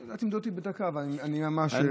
אל תמדוד אותי בדקה, אבל אני ממש לא ארחיב.